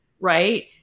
right